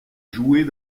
jouer